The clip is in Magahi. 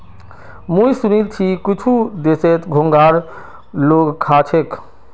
मुई सुनील छि कुछु देशत घोंघाक लोग खा छेक